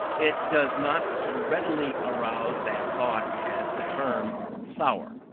it does not so readily arouse that thought as the term sour.